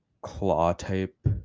claw-type